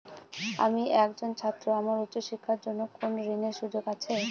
আমি একজন ছাত্র আমার উচ্চ শিক্ষার জন্য কোন ঋণের সুযোগ আছে?